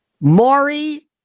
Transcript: Maury